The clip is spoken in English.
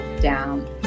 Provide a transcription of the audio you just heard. down